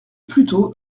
plutôt